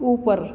ऊपर